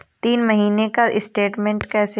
तीन महीने का स्टेटमेंट कैसे लें?